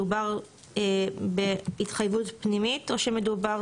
מדובר בהתחייבות פנימית או שמדובר